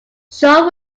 shaw